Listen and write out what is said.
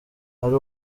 ari